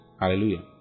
Hallelujah